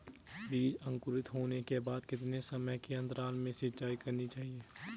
बीज अंकुरित होने के बाद कितने समय के अंतराल में सिंचाई करनी चाहिए?